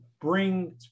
bring